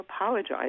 apologize